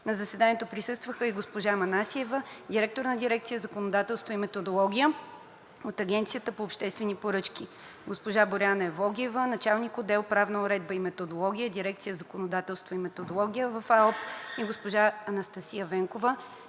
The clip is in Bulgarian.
На заседанието присъстваха и госпожа Галя Манасиева – директор на дирекция „Законодателство и методология“ от Агенцията по обществени поръчки, госпожа Боряна Евлогиева – началник-отдел „Правна уредба и методология“, дирекция „Законодателство и методология“ в Агенцията по обществени